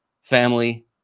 family